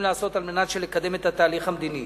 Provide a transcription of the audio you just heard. לעשות כדי לקדם את התהליך המדיני,